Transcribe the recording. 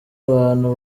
abantu